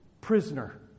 prisoner